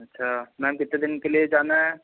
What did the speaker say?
अच्छा मैम कितने दिन के लिए जाना है